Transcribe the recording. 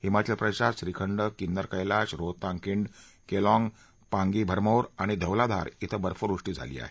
हिमाचल प्रदेशात श्रीखंड किन्नर कळाश रोहतांग खिंड केलाँग पांगी भरमोर आणि धौलाधार धिं बर्फवृष्टी झाली आहे